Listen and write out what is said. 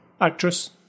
actress